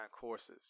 courses